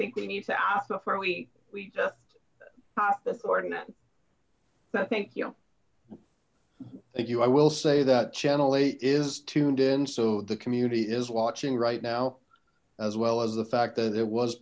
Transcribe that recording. think we need to ask before we we just passed this ordinance thank you thank you i will say that channel eight is tuned in so the community is watching right now as well as the fact that it was